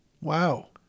Wow